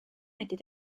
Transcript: était